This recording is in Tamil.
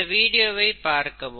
இந்த வீடியோவை பார்க்கவும்